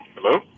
Hello